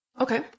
Okay